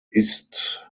ist